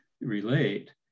relate